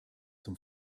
zum